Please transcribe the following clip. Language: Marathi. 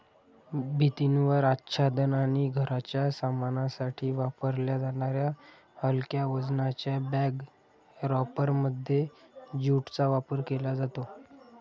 भिंतीवर आच्छादन आणि घराच्या सामानासाठी वापरल्या जाणाऱ्या हलक्या वजनाच्या बॅग रॅपरमध्ये ज्यूटचा वापर केला जातो